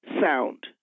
sound